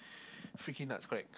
freaking nuts correct